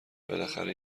بالاخره